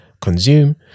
consume